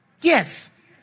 Yes